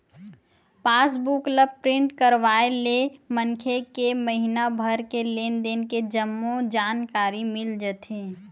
पास book ल print करवाय ले मनखे के महिना भर के लेन देन के जम्मो जानकारी मिल जाथे